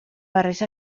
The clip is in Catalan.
barreja